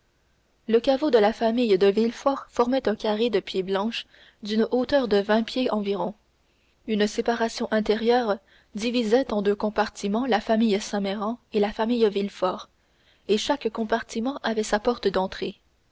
le caveau de la famille de villefort formait un carré de pierres blanches d'une hauteur de vingt pieds environ une séparation intérieure divisait en deux compartiments la famille saint méran et la famille villefort et chaque compartiment avait sa porte d'entrée